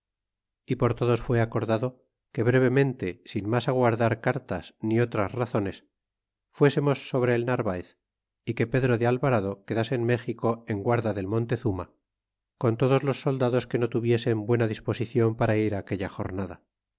é por todos fue acordado que brevemente sin mas aguardar cartas ni otras razones fuésemos sobre el narvaez é que pedro de alvarado quedase en méxico en guarda del montezum a con todos los soldados que no tuviesen buena disposicion para ir aquella jornada